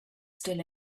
still